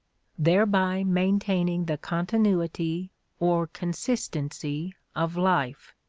thereby maintaining the continuity or consistency of life.